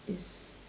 is